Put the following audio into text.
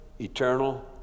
eternal